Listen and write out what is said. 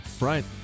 right